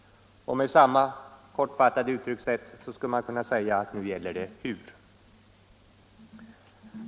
Med samma kortfattade uttryckssätt skulle man kunna säga att nu gäller det hur.